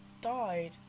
died